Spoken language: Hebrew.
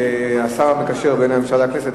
השר המקשר בין הממשלה לכנסת,